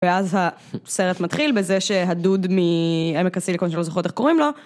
ואז הסרט מתחיל בזה שהדוד מעמק הסיליקון שלא זוכרת איך קוראים לו